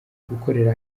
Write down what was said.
gukorera